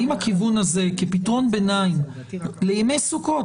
האם הכיוון הזה כפתרון ביניים לימי סוכות,